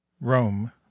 Rome